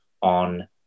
on